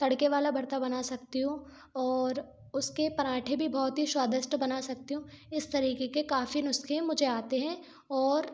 तड़के वाला भर्ता बना सकती हूँ और उसके पराठे भी बहुत स्वादिष्ट बना सकती हूँ इस तरीके के काफ़ी नुस्खे मुझे आते हैं और